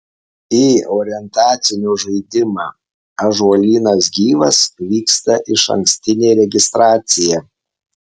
į orientacinio žaidimą ąžuolynas gyvas vyksta išankstinė registracija